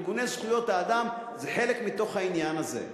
ארגוני זכויות האדם זה חלק מתוך העניין הזה.